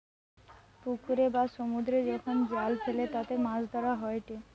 পুকুরে বা সমুদ্রে যখন জাল ফেলে তাতে মাছ ধরা হয়েটে